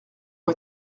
ont